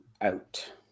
out